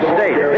State